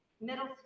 middle